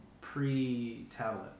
pre-Tablet